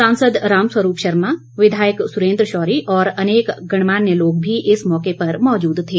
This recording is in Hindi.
सांसद रामस्वरूप शर्मा विधायक सुरेन्द्र शौरी और अनेक गणमान्य लोग भी इस मौके पर मौजूद थे